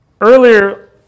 earlier